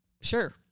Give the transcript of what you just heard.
sure